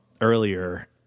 earlier